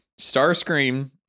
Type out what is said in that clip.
starscream